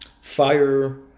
fire